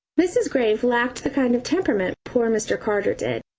mrs. graves lacked the kind of temperament poor mr. carter did.